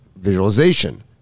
Visualization